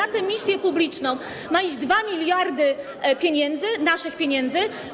I na tę misję publiczną ma iść 2 mld pieniędzy, naszych pieniędzy?